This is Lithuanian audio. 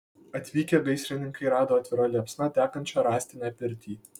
atvykę gaisrininkai rado atvira liepsna degančią rąstinę pirtį